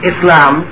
Islam